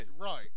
right